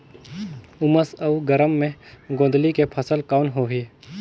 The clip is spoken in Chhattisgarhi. उमस अउ गरम मे गोंदली के फसल कौन होही?